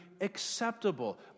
acceptable